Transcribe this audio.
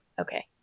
Okay